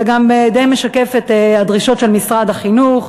זה גם די משקף את הדרישות של משרד החינוך,